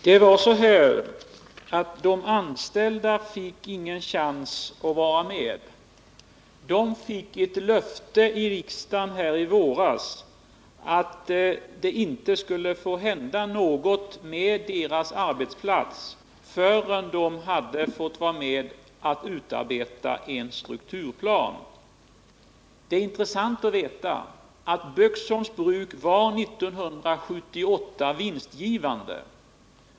Herr talman! Det var så att de anställda inte fick någon chans att vara med. De fick i våras ett löfte av riksdagen, att det inte skulle hända något med deras arbetsplats förrän de hade fått vara med och utarbeta en strukturplan. Det är intressant att veta att Böksholms bruk år 1978 var vinstgivande.